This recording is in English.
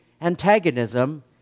antagonism